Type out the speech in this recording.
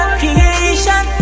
creation